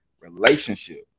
relationship